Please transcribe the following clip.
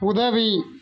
உதவி